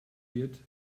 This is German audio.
wird